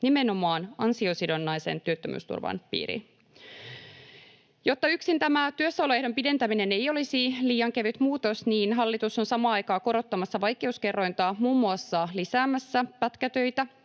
nimenomaan ansiosidonnaisen työttömyysturvan piiriin. Jotta yksin tämä työssäoloehdon pidentäminen ei olisi liian kevyt muutos, niin hallitus on samaan aikaan korottamassa vaikeuskerrointa, muun muassa lisäämässä pätkätöitä,